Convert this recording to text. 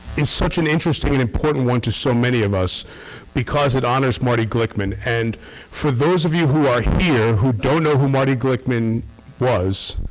is such an interesting and important one to so many of us because it honors marty glickman. and for those of you who are here who don't know who marty glickman was,